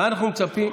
מה אנחנו מצפים?